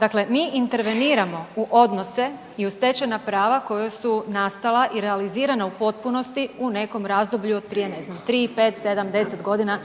Dakle, mi interveniramo u odnose i u stečena prava koja su nastala i realizirana u potpunosti u nekom razdoblju od prije ne znam 3, 5, 7, 10 godina,